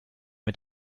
mit